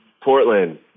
Portland